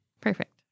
Perfect